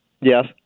Yes